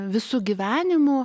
visu gyvenimu